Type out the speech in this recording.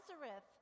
Nazareth